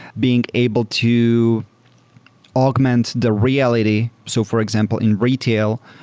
being able to augment the reality. so for example, in retail,